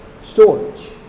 storage